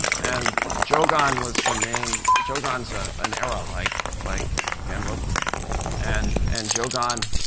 and jogan was the name jogan's ah an era, like like um genroku. and and jogan